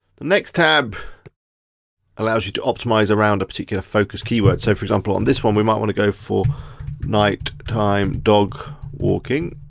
the next tab allows you to optimise around a particular focused keyword, so for example, on this one we might wanna go for night time dog walking.